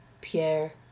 Pierre